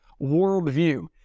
worldview